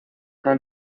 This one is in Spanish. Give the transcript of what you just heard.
han